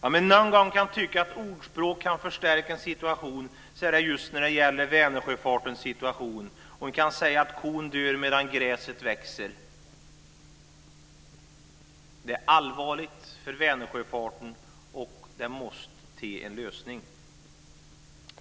Om man någon gång kan tycka att ett ordspråk kan förstärka en situation så är det just när det gäller Vänersjöfarten. Man kan säga att kon dör medan gräset växer. Det är allvarligt för Vänersjöfarten och det måste till en lösning.